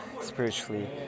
spiritually